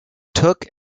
took